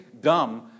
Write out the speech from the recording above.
dumb